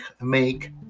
make